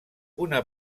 una